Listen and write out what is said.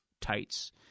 tights